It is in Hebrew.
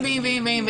אם ואם ואם.